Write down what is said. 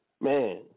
man